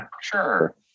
sure